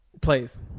Please